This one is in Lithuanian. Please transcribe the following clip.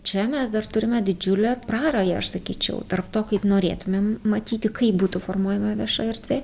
čia mes dar turime didžiulę prarają aš sakyčiau tarp to kaip norėtumėm matyti kaip būtų formuojama vieša erdvė